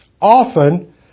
Often